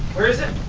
where is it?